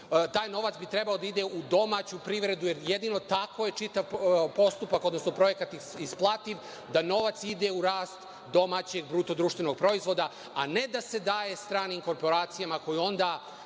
taj novac bi trebao da ide u domaću privredu jer jedino tako je čitav postupak, odnosno projekat isplativ da novac ide u rast domaćeg bruto društvenog proizvoda, a ne da se daje stranim korporacijama koje onda